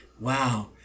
wow